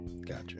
gotcha